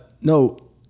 no